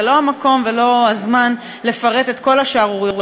זה לא המקום ולא הזמן לפרט את כל השערוריות,